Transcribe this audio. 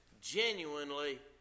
genuinely